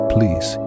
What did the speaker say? Please